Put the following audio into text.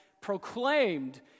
proclaimed